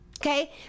okay